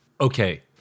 Okay